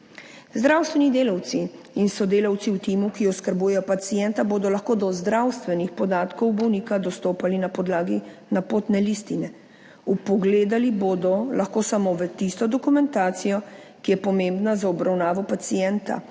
Zdravstveni delavci in sodelavci v timu, ki oskrbujejo pacienta, bodo lahko do zdravstvenih podatkov bolnika dostopali na podlagi napotne listine. Vpogledali bodo lahko samo v tisto dokumentacijo, ki je pomembna za obravnavo pacienta,